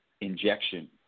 injection